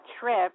trip